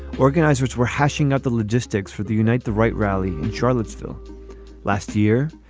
organizers were hashing out the logistics for the unite the right rally in charlottesville last year.